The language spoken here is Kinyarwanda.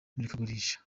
murikagurisha